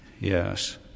Yes